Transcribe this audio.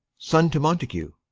son to montague.